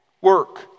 work